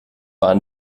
war